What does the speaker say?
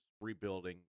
rebuilding